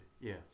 yes